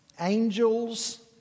angels